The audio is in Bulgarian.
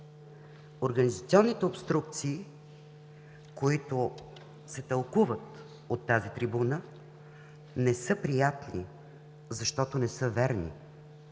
Организационните обструкции, които се тълкуват от тази трибуна, не са приятни, защото не са верни.